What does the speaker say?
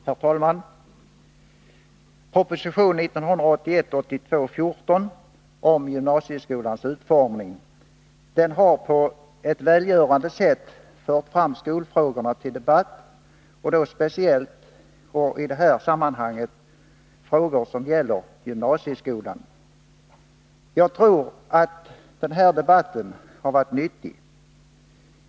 Herr talman! Propositionen 1981/82:14 om gymnasieskolans utformning har på ett välgörande sätt fört fram skolfrågorna till debatt och då speciellt — och i det här sammanhanget — frågor som gäller gymnasieskolan. Jag tror att denna debatt har varit nyttig.